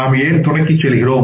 நாம் ஏன் துணைக்குச் செல்கிறோம்